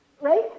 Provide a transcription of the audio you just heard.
right